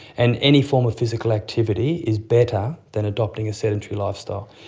and any form of physical activity is better than adopting a sedentary lifestyle.